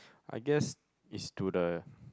I guessed is to the